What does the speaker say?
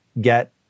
get